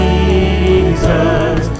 Jesus